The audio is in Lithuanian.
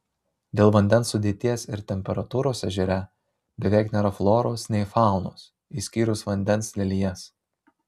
dėl vandens sudėties ir temperatūros ežere beveik nėra floros nei faunos išskyrus vandens lelijas